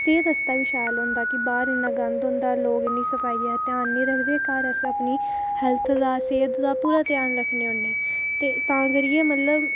सेह्त आस्तै बी शैल होंदा की बाहर इन्ना गंद होंदा लोक सफाई दा इन्ना ध्यान निं रक्खदे घर अस अपनी हैल्थ दा सेह्त दा पूरा ध्यान रक्खने होने ते तां करियै मतलब